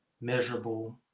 measurable